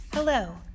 Hello